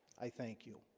i thank you.